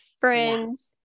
friends